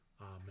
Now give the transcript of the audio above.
amen